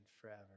forever